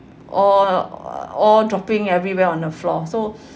all all dropping everywhere on the floor so